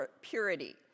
purity